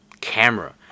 camera